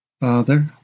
Father